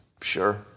Sure